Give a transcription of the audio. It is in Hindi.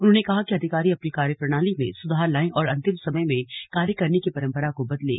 उन्होंने कहा कि अधिकारी अपनी कार्यप्रणाली में सुधार लाएं और अंतिम समय में कार्य करने की परंपरा को बदलें